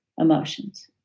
emotions